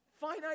finite